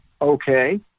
Okay